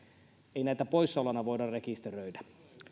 ei näitä poissaoloina voida rekisteröidä